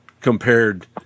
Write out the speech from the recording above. compared